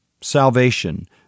Salvation